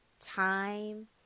time